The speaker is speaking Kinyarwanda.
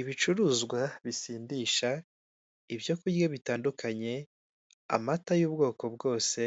ibicuruzwa bisindisha, ibyo kurya bitandukanye, amata y'ubwoko bwose.